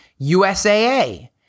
USAA